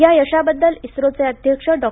या यशाबद्दल इस्त्रोचे अध्यक्ष डॉ